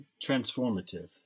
transformative